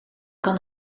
kan